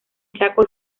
chaco